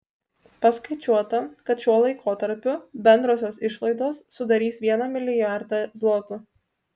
paskaičiuota kad šiuo laikotarpiu bendrosios išlaidos sudarys vieną milijardą zlotų